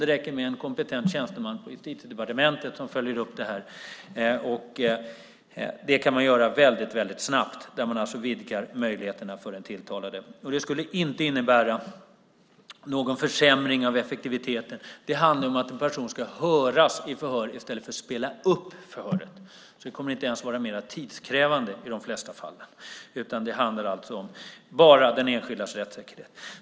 Det räcker med en kompetent tjänsteman på Justitiedepartementet som följer upp detta. Det kan man göra väldigt snabbt och det vidgar möjligheterna för den tilltalade. Det skulle inte innebära någon försämring av effektiviteten. Det handlar om att en person ska höras i förhör i stället för att man spelar upp förhöret. Det kommer inte ens att vara mer tidskrävande i de flesta fall. Det handlar bara om den enskildes rättssäkerhet.